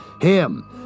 Him